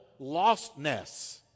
lostness